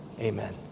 Amen